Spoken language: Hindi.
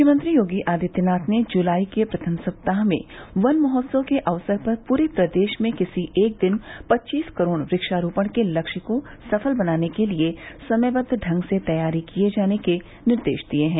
मुख्यमंत्री योगी आदित्यनाथ ने जुलाई के प्रथम सप्ताह में वन महोत्सव के अवसर पर पूरे प्रदेश में किसी एक दिन पच्चीस करोड़ वक्षारोपण के लक्ष्य को सफल बनाने के लिए समयबद्व ढंग से तैयारी किए जाने के निर्देश दिए हैं